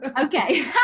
Okay